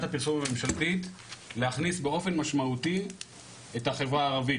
הפרסום הממשלתית להכניס באופן משמעותי את החברה הערבית.